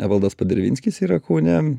evaldas padarvinskis yra kaune